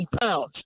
pounds